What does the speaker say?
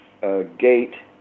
Gate